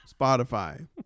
Spotify